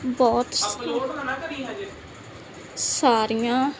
ਬਹੁਤ ਸਾਰੀਆਂ